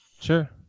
sure